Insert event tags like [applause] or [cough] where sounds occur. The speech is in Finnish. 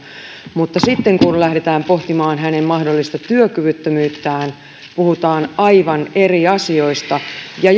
mutta sitten kun kun lähdetään pohtimaan hänen mahdollista työkyvyttömyyttään puhutaan aivan eri asioista ja [unintelligible]